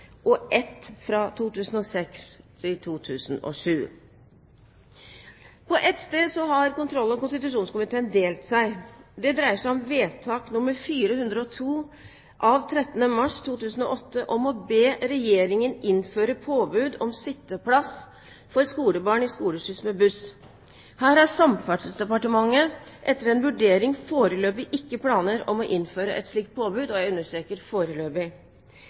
og ett fra 2006–2007. På ett sted har kontroll- og konstitusjonskomiteen delt seg. Det dreier seg om Vedtak nr. 402 av 13. mars 2008, om å be Regjeringen innføre påbud om sitteplass for skolebarn i skoleskyss med buss. Her har Samferdselsdepartementet etter en vurdering foreløpig ikke planer om å innføre et slikt påbud – og jeg understreker foreløpig.